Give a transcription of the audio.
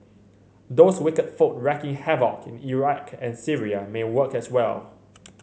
those wicked folk wreaking havoc in Iraq and Syria may work as well